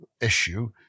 issue